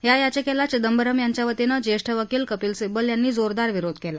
या याचिकेला चिंदबरम यांच्यावतीनं ज्येष्ठ वकील कपिल सिब्बल यांनी जोरदार विरोध केला